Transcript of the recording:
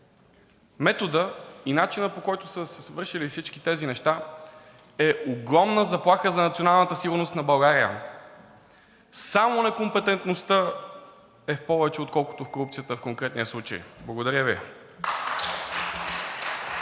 методът и начинът, по който са се извършили всички тези неща, са огромна заплаха за националната сигурност на България. Само некомпетентността е в повече от корупцията в конкретния случай. Благодаря Ви.